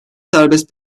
serbest